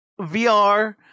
vr